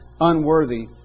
unworthy